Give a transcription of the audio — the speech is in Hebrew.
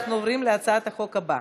אנחנו עוברים להצעת החוק הבאה,